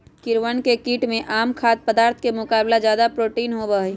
कीड़वन कीट में आम खाद्य पदार्थ के मुकाबला ज्यादा प्रोटीन होबा हई